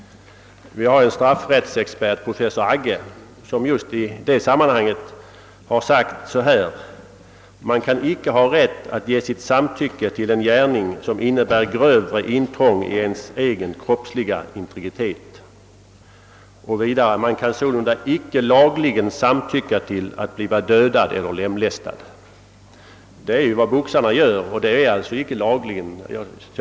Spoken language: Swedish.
Vi har en straffrättsexpert, professor Agge, som just i denna fråga har sagt att en person kan »icke ha rätt att ge sitt samtycke till en gärning, som innebär grövre intrång i hans egen kroppsliga integritet. Man kan sålunda icke lagligen samtycka till att bliva dödad eller lemlästad». Men det är ju vad boxarna gör, och boxning är alltså icke laglig.